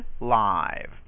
Live